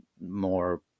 more